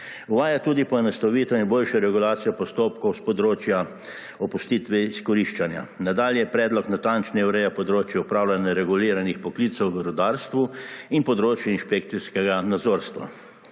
Uvaja tudi poenostavitev in boljšo regulacijo postopkov s področja opustitve izkoriščanja. Nadalje predlog natančneje ureja področje opravljanja reguliranih poklicev v rudarstvu in področje inšpekcijskega nadzorstva.